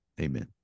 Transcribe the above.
Amen